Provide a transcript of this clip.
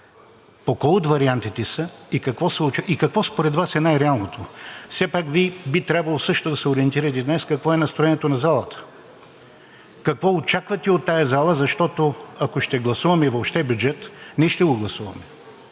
по кой от вариантите са и какво според Вас е най реалното? Все пак Вие би трябвало също да се ориентирате днес какво е настроението на залата. Какво очаквате от тази зала? Защото, ако ще гласуваме въобще бюджет, ние ще го гласуваме.